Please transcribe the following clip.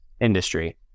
industry